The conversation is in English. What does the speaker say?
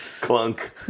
Clunk